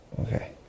Okay